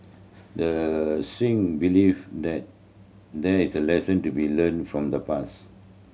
the Singh believe that there is a lesson to be learn from the pass